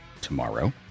tomorrow